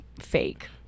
fake